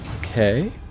Okay